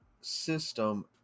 system